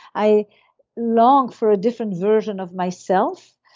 i long for a different version of myself,